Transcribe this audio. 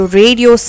radio